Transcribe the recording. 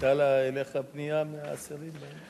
היתה אליך פנייה מהאסירים בעניין?